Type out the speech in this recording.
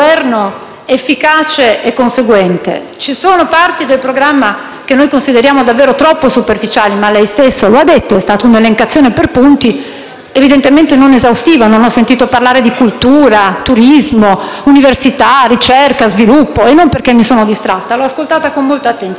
efficace e conseguente. Ci sono parti del programma che consideriamo davvero troppo superficiali, ma lei stesso lo ha detto; è stata un'elencazione per punti, evidentemente non esaustiva. Non ho sentito parlare di cultura, turismo, università, ricerca, sviluppo e non perché mi sono distratta: l'ho ascoltata con molta attenzione.